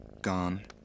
gone